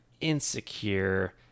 insecure